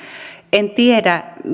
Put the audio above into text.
en tiedä